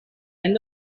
end